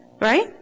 Right